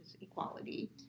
equality